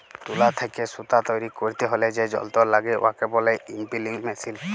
তুলা থ্যাইকে সুতা তৈরি ক্যইরতে হ্যলে যে যল্তর ল্যাগে উয়াকে ব্যলে ইস্পিলিং মেশীল